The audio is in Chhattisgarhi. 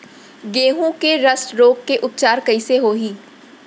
गेहूँ के रस्ट रोग के उपचार कइसे होही?